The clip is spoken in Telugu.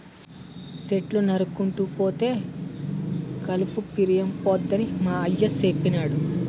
చెట్లు నరుక్కుంటూ పోతే కలప పిరియంపోద్దని మా అయ్య సెప్పినాడు